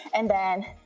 and then